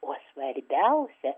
o svarbiausia